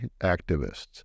activists